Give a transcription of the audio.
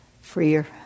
Freer